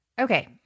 Okay